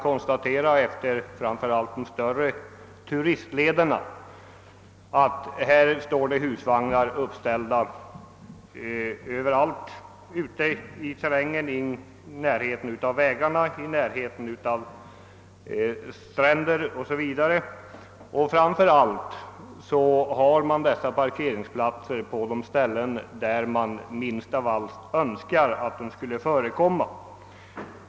Utefter våra stora turistleder står det husvagnar uppställda överallt i terrängen i närheten av vägar och stränder, men det är speciellt på sådana ställen som vi minst av allt skulle vilja att de förekom.